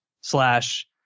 slash